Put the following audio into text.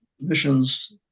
missions